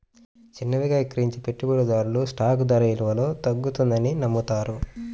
చిన్నవిగా విక్రయించే పెట్టుబడిదారులు స్టాక్ ధర విలువలో తగ్గుతుందని నమ్ముతారు